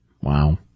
Wow